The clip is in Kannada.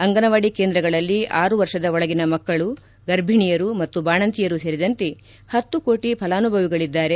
ಅಂಗನವಾಡಿ ಕೇಂದ್ರಗಳಲ್ಲಿ ಆರು ವರ್ಷದ ಒಳಗಿನ ಮಕ್ಕಳು ಗರ್ಭಿಣಿಯರು ಮತ್ತು ಬಾಣಂತಿಯರು ಸೇರಿದಂತೆ ಹತ್ತು ಕೋಟ ಫಲಾನುಭವಿಗಳಿದ್ದಾರೆ